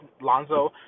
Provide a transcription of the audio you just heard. Lonzo